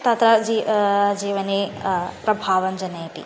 तत्र जी जीवने प्रभावं जनयति